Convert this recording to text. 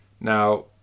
Now